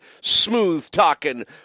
smooth-talking